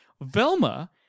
Velma